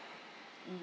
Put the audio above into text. mm